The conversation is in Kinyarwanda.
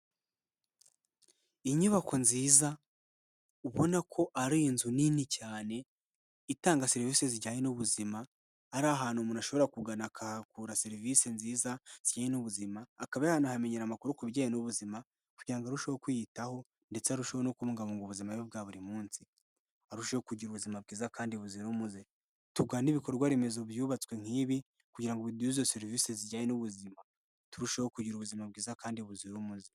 Inyubako nziza ubona ko ari inzu nini cyane itanga serivisi zijyanye n'ubuzima, ari ahantu umuntu ashobora kugana akahakura serivisi nziza zijyanye n'ubuzima, akaba yanahamenyera amakuru ku bijyanye n'ubuzima kugira ngo arusheho kwiyitaho ndetse arushaho no kubungabunga ubuzima bwe bwa buri munsi, arusheho kugira ubuzima bwiza kandi buzira umuze, tugane ibikorwa Remezo byubatswe nk'ibi kugira ngo biduhe izo serivisi zijyanye n'ubuzima turusheho kugira ubuzima bwiza kandi buzi umuze.